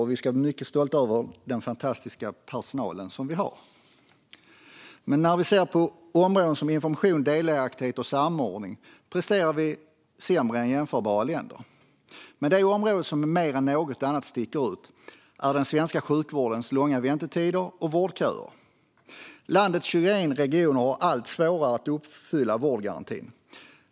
Vi ska också vara mycket stolta över den fantastiska personal som vi har. Men när vi ser på områden som information, delaktighet och samordning presterar vi sämre än jämförbara länder. Det område som däremot mer än något annat sticker ut är den svenska sjukvårdens långa väntetider och vårdköer. Landets 21 regioner har allt svårare att uppfylla vårdgarantin.